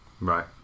right